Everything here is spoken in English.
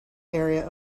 area